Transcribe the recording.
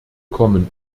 kommen